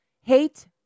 Hate